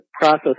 process